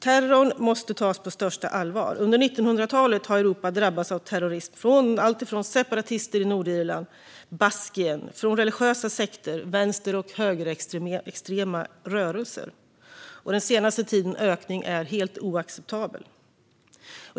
Terrorn måste tas på största allvar. Under 1900-talet har Europa drabbats av terrorism av alltifrån separatister i Nordirland och Baskien till religiösa sekter och vänster och högerextrema rörelser. Den senaste tidens ökning är helt oacceptabel.